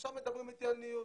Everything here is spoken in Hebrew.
עכשיו מדברים איתי על ניוד.